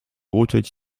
uczyć